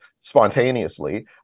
spontaneously